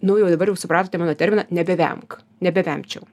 nu jau dabar jau supratote mano terminą nebevemk nebevemčiau